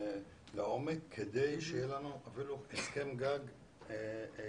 לעומק כדי שיהיה לנו אפילו הסכם גג כוללני.